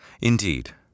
Indeed